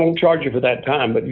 won't charge you for that time but